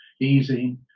easy